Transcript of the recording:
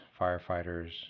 firefighters